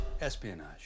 Espionage